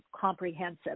comprehensive